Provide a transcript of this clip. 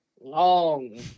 Long